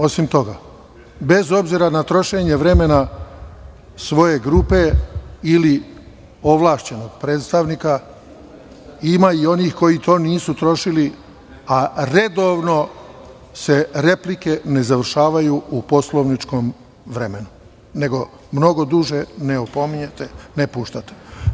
Osim toga, bez obzira na trošenje vremena svoje grupe, ili ovlašćenog predstavnika, ima i onih koji to nisu trošili a redovno se replike ne završavaju u poslovničkom vremenu, nego mnogo duže i ne opominjete, ne puštate.